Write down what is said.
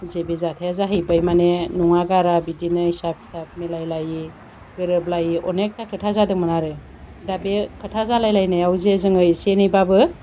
जे बे जाथायआ जाहैबाय माने नङा गारा बिदिनो हिसाब खिथाब मिलायलायै गोरोबलायै अनेकता खोथा जादोंमोन आरो दा बे खोथा जालायलायनायाव जे जोङो एसे एनैबाबो